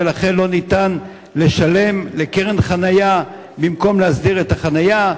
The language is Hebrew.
ולכן אי-אפשר לשלם לקרן חנייה במקום להסדיר את החנייה.